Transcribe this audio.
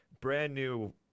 brand-new